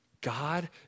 God